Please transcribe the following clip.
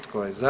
Tko je za?